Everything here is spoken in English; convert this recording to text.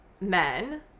men